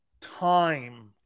time